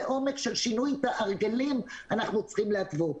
עומק של שינוי בהרגלים אנחנו צריכים להתוות.